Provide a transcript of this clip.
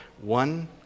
One